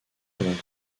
pendant